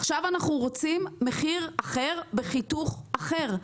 עכשיו אנחנו רוצים מחיר אחר בחיתוך אחר.